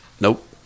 Nope